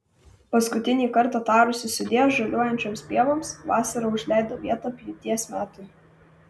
paskutinį kartą tarusi sudie žaliuojančioms pievoms vasara užleido vietą pjūties metui